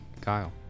Kyle